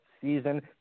season